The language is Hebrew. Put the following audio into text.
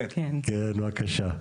כן, בבקשה.